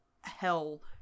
hell